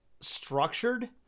structured